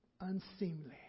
unseemly